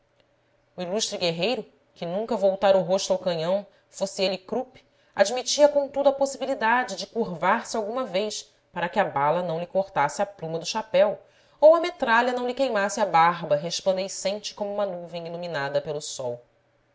o ilustre guerreiro que nunca voltara o rosto ao canhão fosse ele krupp admitia contudo a possibilidade de curvar se alguma vez para que a bala não lhe cortasse a pluma do chapéu ou a metralha não lhe queimasse a barba resplandecente como uma nuvem iluminada pelo sol